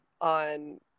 on